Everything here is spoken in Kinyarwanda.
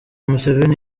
museveni